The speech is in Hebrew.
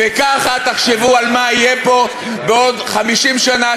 ככה תחשבו על מה יהיה בעוד 50 שנה,